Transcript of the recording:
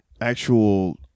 actual